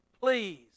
please